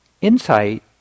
Insight